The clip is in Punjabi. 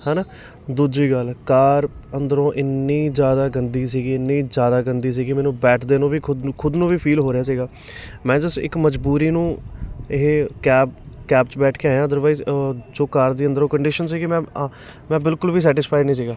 ਹੈ ਨਾ ਦੂਜੀ ਗੱਲ ਕਾਰ ਅੰਦਰੋਂ ਇੰਨੀ ਜ਼ਿਆਦਾ ਗੰਦੀ ਸੀਗੀ ਇੰਨੀ ਜ਼ਿਆਦਾ ਗੰਦੀ ਸੀਗੀ ਮੈਨੂੰ ਬੈਠਦੇ ਨੂੰ ਵੀ ਖੁਦ ਨੂੰ ਖੁਦ ਨੂੰ ਵੀ ਫੀਲ ਹੋ ਰਿਹਾ ਸੀਗਾ ਮੈਂ ਜਸਟ ਇੱਕ ਮਜ਼ਬੂਰੀ ਨੂੰ ਇਹ ਕੈਬ ਕੈਬ 'ਚ ਬੈਠ ਕੇ ਆਇਆ ਅਦਰਵਾਈਜ਼ ਜੋ ਕਾਰ ਦੀ ਅੰਦਰੋਂ ਕੰਡੀਸ਼ਨ ਸੀਗੀ ਮੈਂ ਮੈਂ ਬਿਲਕੁਲ ਵੀ ਸੈਟਿਸਫਾਈ ਨਹੀਂ ਸੀਗਾ